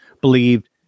believed